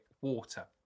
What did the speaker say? water